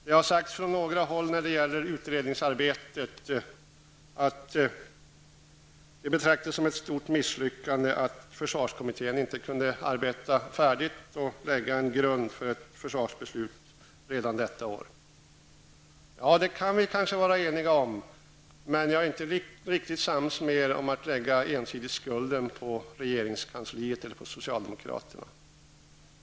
När det gäller utredningsarbetet har det från några håll sagts att det betraktas som ett stort misslyckande att försvarskommittén kunde arbeta färdigt och lägga en grund för ett försvarsbeslut redan detta år. Vi kan kanske vara eniga om det. Men jag är inte riktigt sams med er om att ensidigt lägga skulden på regeringskansliet eller socialdemokraterna.